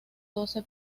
doce